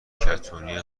کتونی